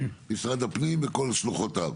משרד הפנים כל שלוחותיו.